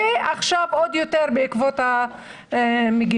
ועכשיו עוד יותר בעקבות הנגיף.